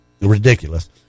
ridiculous